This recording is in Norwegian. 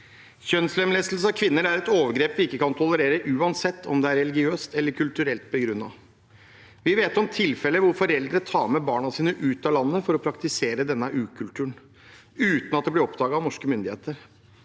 Kjønnslemlestelse av kvinner er et overgrep vi ikke kan tolerere uansett om det er religiøst eller kulturelt begrunnet. Vi vet om tilfeller der foreldre tar med barna sine ut av landet for å praktisere denne ukulturen uten at det blir oppdaget av norske myndigheter.